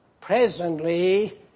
Presently